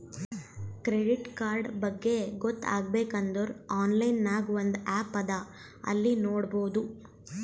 credit card ಬಗ್ಗೆ ಗೊತ್ತ ಆಗ್ಬೇಕು ಅಂದುರ್ ಆನ್ಲೈನ್ ನಾಗ್ ಒಂದ್ ಆ್ಯಪ್ ಅದಾ ಅಲ್ಲಿ ನೋಡಬೋದು